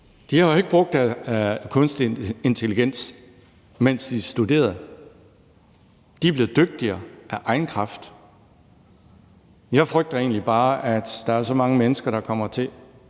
jo ikke har brugt kunstig intelligens, mens de studerede; de er blevet dygtigere af egen kraft. Jeg frygter egentlig bare, at der er så mange mennesker, der kommer til